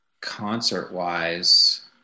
Concert-wise